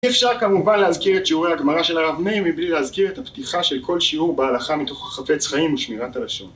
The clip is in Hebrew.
אי אפשר כמובן להזכיר את שיעורי הגמרא של הרב מאיר מבלי להזכיר את הפתיחה של כל שיעור בהלכה מתוך החפץ חיים ושמירת הלשון.